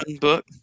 book